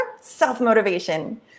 Self-motivation